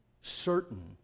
certain